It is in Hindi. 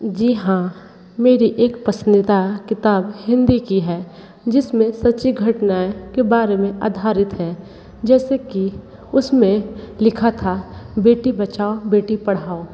जी हाँ मेरी एक पसंदीदा किताब हिंदी की है जिसमें सच्ची घटनाएँ के बारे में आधारित है जैसे कि उसमें लिखा था बेटी बचाओ बेटी पढ़ाओ